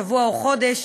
שבוע או חודש,